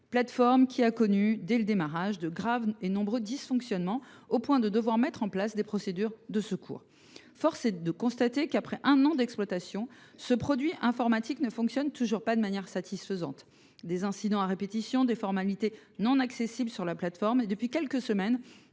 plateforme a connu, dès le début, de graves et nombreux dysfonctionnements, à tel point qu’il a fallu mettre en place des procédures de secours. Force est de constater qu’après un an d’exploitation ce produit informatique ne fonctionne toujours pas de manière satisfaisante : incidents à répétition, formalités non accessibles sur la plateforme et, depuis quelques semaines,